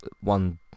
one